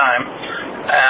time